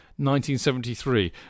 1973